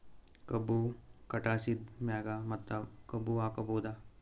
ಕಬ್ಬು ಕಟಾಸಿದ್ ಮ್ಯಾಗ ಮತ್ತ ಕಬ್ಬು ಹಾಕಬಹುದಾ?